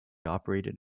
operated